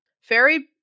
Fairy